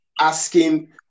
asking